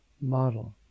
model